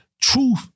truth